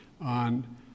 on